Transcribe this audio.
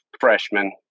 freshman